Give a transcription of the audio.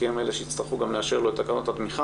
כי הם אלה שיצטרכו גם לאשר לו את תקנות התמיכה,